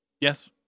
Yes